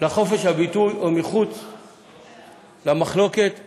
לחופש הביטוי או מחוץ למחלוקת ולוויכוח,